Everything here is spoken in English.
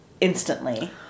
instantly